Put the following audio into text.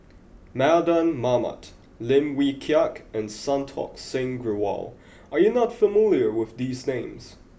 Mardan Mamat Lim Wee Kiak and Santokh Singh Grewal are you not familiar with these names